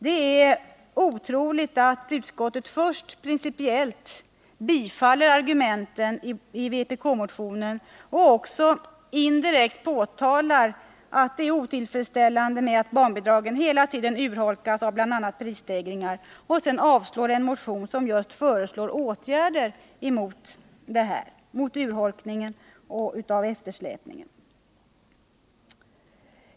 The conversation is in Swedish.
Det är otroligt att utskottet först principiellt biträder argumenten i vpk-motionen och också påtalar det otillfredsställande i att barnbidragen hela tiden urholkas av bl.a. prisstegringar men sedan avstyrker en motion som just föreslår åtgärder mot urholkningen och eftersläpningen.